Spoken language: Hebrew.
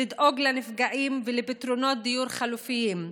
לדאוג לנפגעים לפתרונות דיור חלופיים,